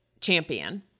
Champion